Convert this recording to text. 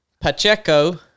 Pacheco